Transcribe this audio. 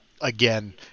again